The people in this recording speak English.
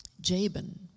Jabin